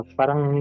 parang